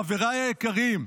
חבריי היקרים,